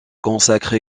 consacre